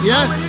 Yes